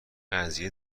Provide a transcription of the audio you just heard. قضیه